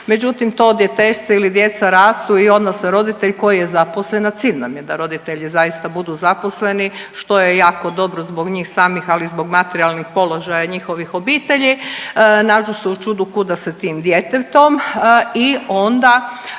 međutim to djetešce ili djeca rastu i odnosno roditelj koji je zaposlen, a cilj nam je da roditelji zaista budu zaposleni što je jako dobro zbog njih samih, ali i zbog materijalnih položaja njihovih obitelji nađu se u čudu kuda sa tim djetetom i onda